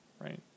right